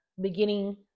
beginning